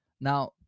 Now